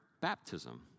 baptism